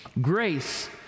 Grace